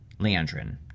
Leandrin